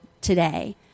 today